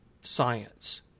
science